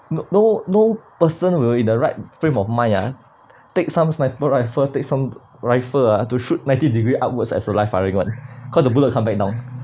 no no no person who in the right frame of mind ah take some sniper rifle take some rifle ah to shoot ninety degrees upwards as for live firing one cause the bullet come back down